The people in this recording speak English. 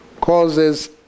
causes